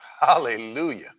Hallelujah